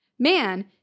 Man